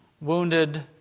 wounded